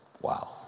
Wow